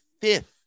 fifth